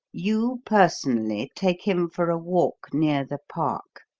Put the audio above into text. you, personally, take him for a walk near the park,